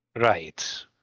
Right